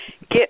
get